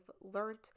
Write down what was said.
learned